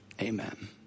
amen